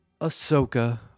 Ahsoka